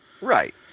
Right